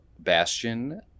Bastion